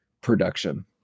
production